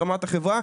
ברמת החברה,